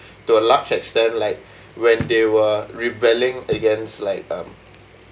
to a large extent like when they were rebelling against like um